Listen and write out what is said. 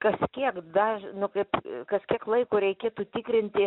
kas kiek dažn kaip kas kiek laiko reikėtų tikrinti